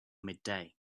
midday